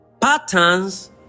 patterns